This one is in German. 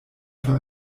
für